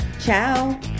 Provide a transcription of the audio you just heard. ciao